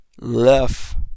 left